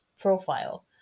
profile